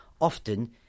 often